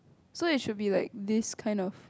so it should be like this kind of